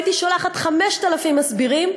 הייתי שולחת 5,000 מסבירים,